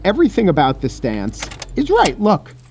everything about the stance is right. look,